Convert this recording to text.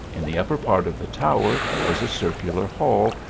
in the upper part of the tower was a circular hall,